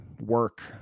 work